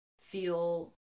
feel